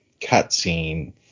cutscene